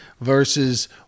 versus –